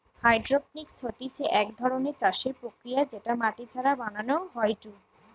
hydroponics হতিছে এক ধরণের চাষের প্রক্রিয়া যেটা মাটি ছাড়া বানানো হয়ঢু